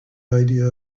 idea